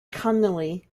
connolly